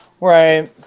Right